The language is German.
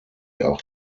auch